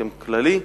הסכם כללי,